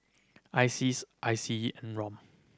ISEAS I C E and ROM